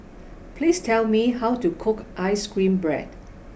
please tell me how to cook ice cream Bread